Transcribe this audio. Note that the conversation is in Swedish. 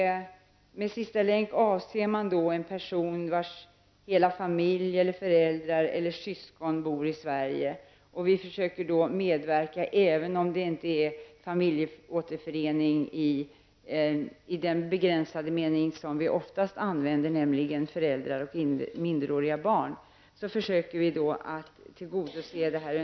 Med ''sista länk'' avses en person vars föräldrar eller syskon bor i Sverige. Vi försöker att tillgodose dessa önskemål även om det inte handlar om familjeåterförening i den begränsade mening som vi oftast använder, nämligen föräldrar och minderåriga barn.